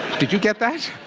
did you get that?